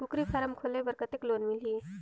कूकरी फारम खोले बर कतेक लोन मिलही?